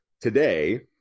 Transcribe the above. today